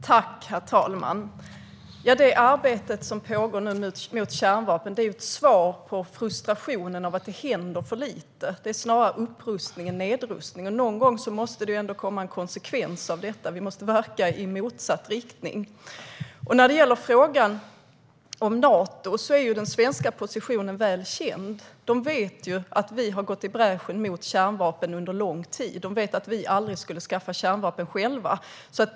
Herr talman! Det arbete mot kärnvapen som pågår nu är ett svar på frustrationen över att det händer för lite. Det är snarare upprustning än nedrustning. Någon gång måste det komma en konsekvens av detta. Vi måste verka i motsatt riktning. I frågan om Nato är den svenska positionen väl känd. De vet att vi har gått i bräschen mot kärnvapen under lång tid. De vet att vi aldrig skulle skaffa kärnvapen själva.